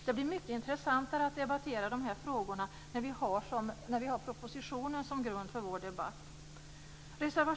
Det blir mycket intressantare att debattera de här frågorna när vi har propositionen som grund för vår debatt.